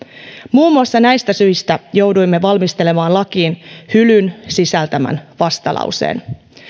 muun muassa näistä syistä jouduimme valmistelemaan lakiin hylyn sisältävän vastalauseen